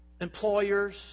employers